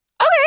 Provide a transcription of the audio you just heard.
Okay